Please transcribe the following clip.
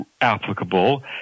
applicable